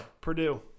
Purdue